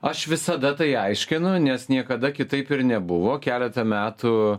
aš visada tai aiškinu nes niekada kitaip ir nebuvo keletą metų